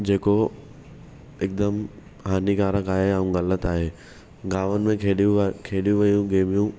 जेको हिकदमि हानिकारकु आहे ऐं ग़लति आहे गांवनि में खेॾियूं वा खेॾियूं वेयूं गेमूं